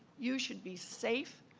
you should be safe,